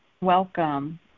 Welcome